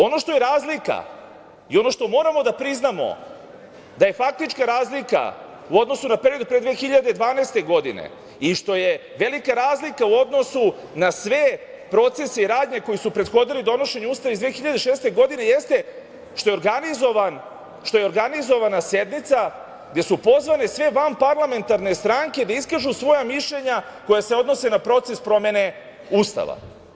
Ono što je razlika i ono što moramo da priznamo, da je faktička razlika u odnosu na period pre 2012. godine i što je velika razlika u odnosu na sve procese i radnje koji su prethodili donošenju Ustava iz 2006. godine jeste što je organizovana sednica gde su pozvane sve vanparlamentarne stranke da iskažu svoja mišljenja koja se odnose na proces promene Ustava.